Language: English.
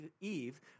Eve